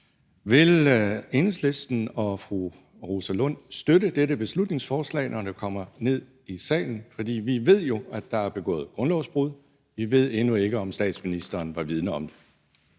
Vil Enhedslisten og fru Rosa Lund støtte dette beslutningsforslag, når det kommer herned i salen? For vi ved jo, at der er begået grundlovsbrud, men vi ved endnu ikke, om statsministeren var vidende om det.